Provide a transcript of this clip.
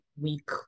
Week